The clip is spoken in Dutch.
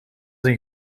een